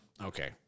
Okay